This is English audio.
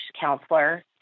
counselor